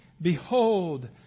Behold